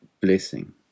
blessing